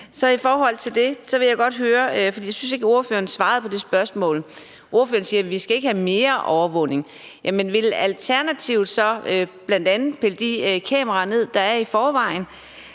Men når det er sagt, vil jeg godt høre om noget, for jeg synes ikke, at ordføreren svarede på spørgsmålet. Ordføreren siger, at vi ikke skal have mere overvågning, men vil Alternativet så bl.a. pille de kameraer ned, der er der i forvejen?